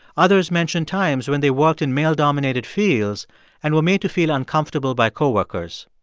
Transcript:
others mentioned times when they worked in male-dominated fields and were made to feel uncomfortable by co-workers.